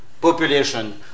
population